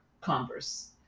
Converse